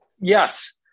Yes